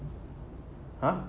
!huh!